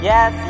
Yes